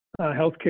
healthcare